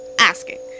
asking